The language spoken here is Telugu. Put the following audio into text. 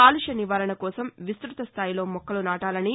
కాలుష్య నివారణ కోసం విస్తృత స్థాయిలో మొక్కలు నాటాలని